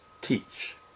teach